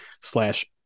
slash